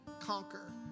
conquer